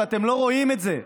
ואתם לא רואים את זה.